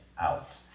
out